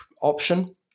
option